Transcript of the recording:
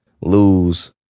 lose